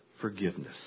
forgiveness